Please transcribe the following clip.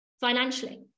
financially